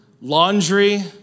laundry